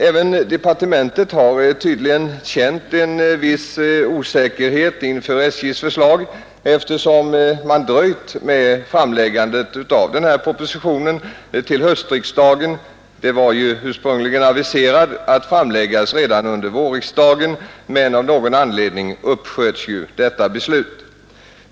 Även departementet har tydligen känt en viss osäkerhet inför SJ:s förslag, eftersom man dröjt med framläggandet av denna proposition till höstriksdagen — den var ursprungligen aviserad redan till vårriksdagen, men av någon anledning uppsköts detta beslut.